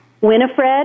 Winifred